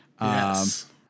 yes